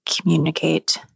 communicate